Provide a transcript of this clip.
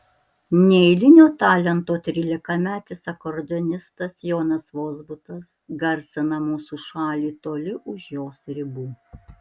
neeilinio talento trylikametis akordeonistas jonas vozbutas garsina mūsų šalį toli už jos ribų